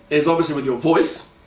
is obviously with your voice